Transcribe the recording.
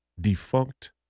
defunct